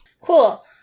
Cool